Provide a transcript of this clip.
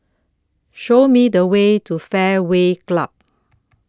Show Me The Way to Fairway Club